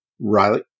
Riley